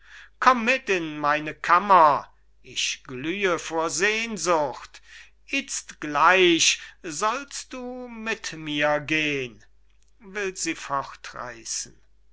komm mit in meine kammer ich glühe vor sehnsucht itzt gleich sollst du mit mir gehn